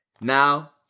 now